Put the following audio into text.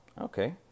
Okay